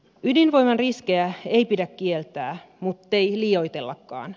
ydinvoiman riskejä ei pidä kieltää muttei liioitellakaan